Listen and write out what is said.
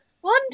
one